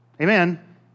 Amen